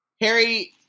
Harry